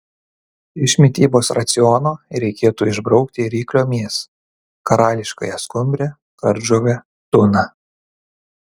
iš mitybos raciono reikėtų išbraukti ryklio mėsą karališkąją skumbrę kardžuvę tuną